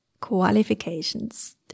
Qualifications